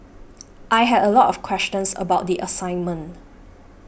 I had a lot of questions about the assignment